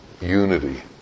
unity